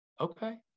okay